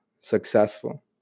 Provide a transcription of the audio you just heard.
successful